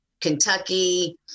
Kentucky